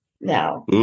now